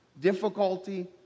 difficulty